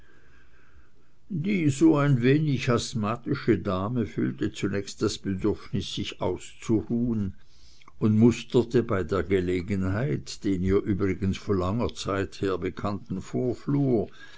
die ein wenig asthmatische dame fühlte zunächst das bedürfnis sich auszuruhen und musterte bei der gelegenheit den ihr übrigens von langer zeit her bekannten vorflur